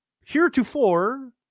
heretofore